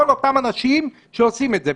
כל אותם אנשים שעושים את זה.